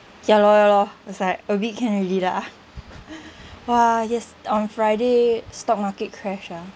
ya lor ya lor I was like a bit can already lah !wah! yes on friday stock market crash ah